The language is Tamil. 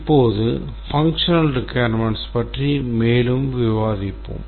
இப்போது functional requirements பற்றி மேலும் விவாதிப்போம்